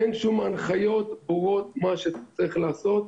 אין שום הנחיות ברורות לגבי מה שצריך לעשות,